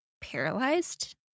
paralyzed